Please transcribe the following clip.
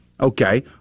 Okay